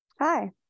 Hi